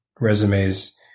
resumes